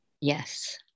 Yes